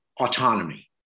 autonomy